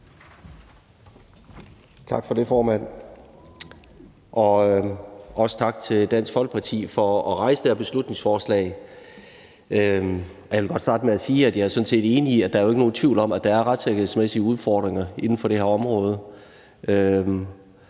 Tak for det, formand. Også tak til Dansk Folkeparti for at fremsætte det her beslutningsforslag. Jeg vil godt starte med at sige, at jeg sådan set er enig i, at der ikke er nogen tvivl om, at der er retssikkerhedsmæssige udfordringer inden for det her område,